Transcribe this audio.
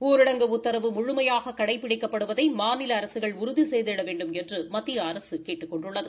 ஊரடங்கு உத்தரவு முழுமையாக கடைபிடிக்கப்படுவதை மாநில அரசுகள் உறுதி செய்திட வேண்டுமென்று மத்திய அரசு கேட்டுக் கொண்டுள்ளது